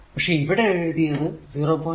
പക്ഷെ ഇവിടെ എഴുതിയത് 0